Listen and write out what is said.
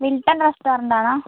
Milton restaurant ആണോ